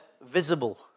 visible